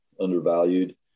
undervalued